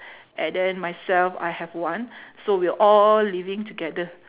and then myself I have one so we are all living together